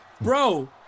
Bro